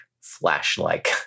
Flash-like